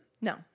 No